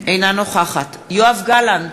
אינה נוכחת יואב גלנט,